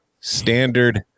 standard